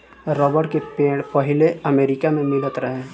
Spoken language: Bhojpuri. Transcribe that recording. रबर के पेड़ पहिले अमेरिका मे मिलत रहे